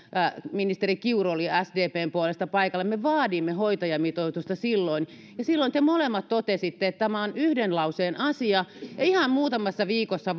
ministeri kiuru oli sdpn puolesta paikalla me vaadimme hoitajamitoitusta silloin ja silloin te molemmat totesitte että tämä on yhden lauseen asia ja ihan muutamassa viikossa